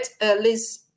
Liz